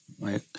right